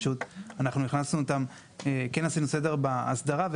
ואנחנו פשוט עשינו סדר באסדרה.